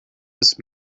ist